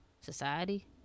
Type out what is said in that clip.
society